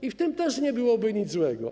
I w tym też nie byłoby nic złego.